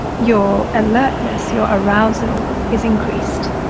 your alertness, your arousal is increased.